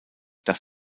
das